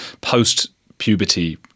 post-puberty